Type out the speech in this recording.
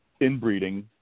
inbreeding